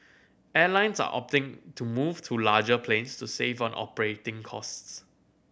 airlines are opting to move to larger planes to save on operating costs